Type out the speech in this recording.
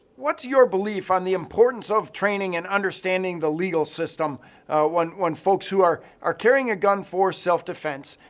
what's your belief on the importance of training and understanding the legal system when when folks who are are carrying a gun for self-defense?